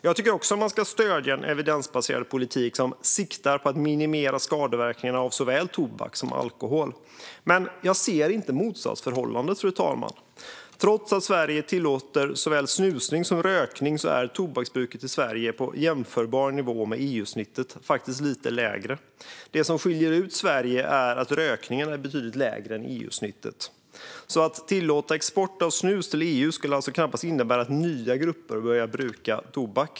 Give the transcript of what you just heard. Jag tycker också att man ska stödja en evidensbaserad politik som siktar på att minimera skadeverkningarna av såväl tobak som alkohol. Men jag ser inte motsatsförhållandet, fru talman. Trots att Sverige tillåter såväl snusning som rökning är tobaksbruket i Sverige på jämförbar nivå med EU-snittet, och faktiskt lite lägre. Det som skiljer ut Sverige är att nivån på rökningen är betydligt lägre än EU-snittet. Att tillåta export av snus till EU skulle knappast innebära att nya grupper börjar bruka tobak.